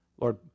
Lord